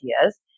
ideas